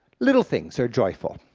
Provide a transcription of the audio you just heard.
little things are joyful.